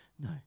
No